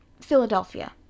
Philadelphia